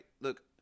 look